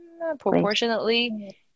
proportionately